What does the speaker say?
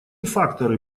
факторы